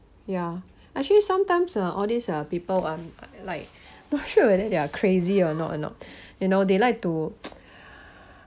ya actually sometimes ah all these ah people are like not sure whether they are crazy or not or not you know they like to